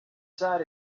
site